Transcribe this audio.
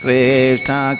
Krishna